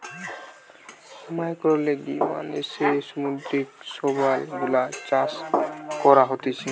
ম্যাক্রোলেগি মানে যে সামুদ্রিক শৈবাল গুলা চাষ করা হতিছে